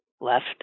left